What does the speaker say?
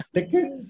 Second